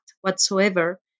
whatsoever